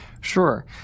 Sure